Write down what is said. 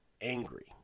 angry